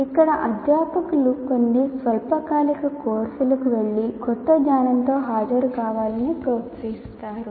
ఇక్కడ అధ్యాపకులు కొన్ని స్వల్పకాలిక కోర్సులకు వెళ్లి కొత్త జ్ఞానంతో హాజరుకావాలని ప్రోత్సహిస్తారు